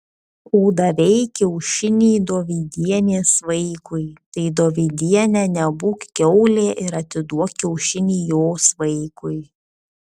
o davei kiaušinį dovydienės vaikui tai dovydiene nebūk kiaulė ir atiduok kiaušinį jos vaikui